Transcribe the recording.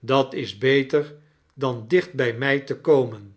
dat is beter dan dicht bij mij te komen